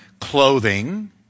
Clothing